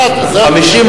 מחיר למשתכן,